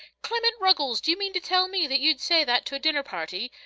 clement ruggles, do you mean to tell me that you'd say that to a dinner party?